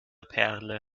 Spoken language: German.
perle